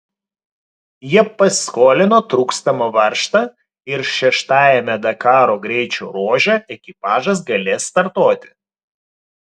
jie paskolino trūkstamą varžtą ir šeštajame dakaro greičio ruože ekipažas galės startuoti